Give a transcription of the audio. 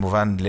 זה